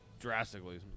drastically